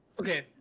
okay